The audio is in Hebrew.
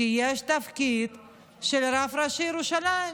כי יש תפקיד של רב ראשי לירושלים,